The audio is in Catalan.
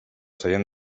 seient